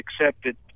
accepted